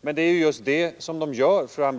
Men det är just det de gör